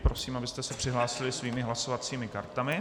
Prosím, abyste se přihlásili svými hlasovacími kartami.